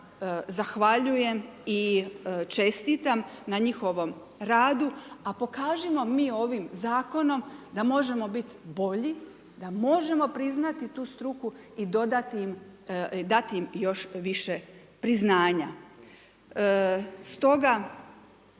zahvaljujem i čestitam na njihovom radu, a pokažimo mi ovim zakonom da možemo biti bolji, da možemo priznati tu struku i dati im još više priznanja. Stoga